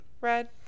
Red